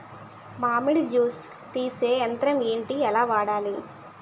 మామిడి జూస్ తీసే యంత్రం ఏంటి? ఎలా వాడాలి?